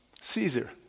Caesar